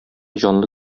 җанлы